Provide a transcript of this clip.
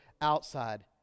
outside